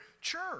church